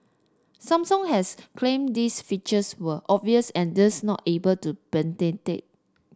Samsung has claimed these features were obvious and thus not able to be patented